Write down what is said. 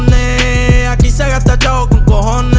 aqui se gasta los